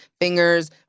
fingers